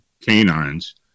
canines